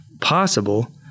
possible